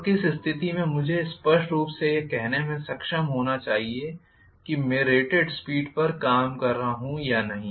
तो किस स्थिति में मुझे स्पष्ट रूप से यह कहने में सक्षम होना चाहिए कि मैं रेटेड स्पीड पर काम कर रहा हूं या नहीं